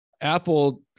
Apple